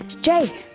Jay